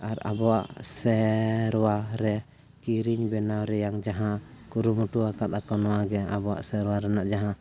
ᱟᱨ ᱟᱵᱚᱣᱟᱜ ᱥᱮᱻᱨᱣᱟ ᱨᱮ ᱠᱤᱨᱤᱧ ᱵᱮᱱᱟᱣ ᱨᱮᱭᱟᱜ ᱡᱟᱦᱟᱸ ᱠᱩᱨᱩᱢᱩᱴᱩ ᱟᱠᱟᱫ ᱠᱚ ᱱᱚᱣᱟᱜᱮ ᱟᱵᱚᱣᱟᱜ ᱥᱮᱨᱣᱟ ᱨᱮᱭᱟᱜ ᱡᱟᱦᱟᱸ